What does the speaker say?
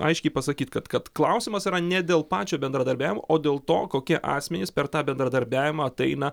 aiškiai pasakyti kad kad klausimas yra ne dėl pačio bendradarbiavimo o dėl to kokie asmenys per tą bendradarbiavimą ateina